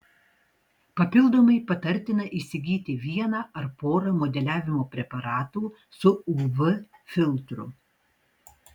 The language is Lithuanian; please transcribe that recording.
papildomai patartina įsigyti vieną ar porą modeliavimo preparatų su uv filtru